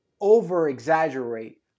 over-exaggerate